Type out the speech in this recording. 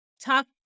talk